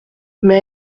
mais